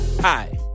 Hi